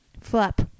flap